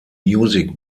music